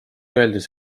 öeldes